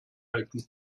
halten